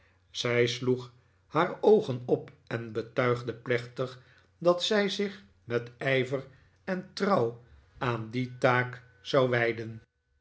zij sloeg haar oogen op en betuigde plechtig dat zij zich met ijver en trouw aan die taak zou wijden